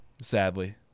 sadly